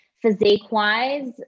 Physique-wise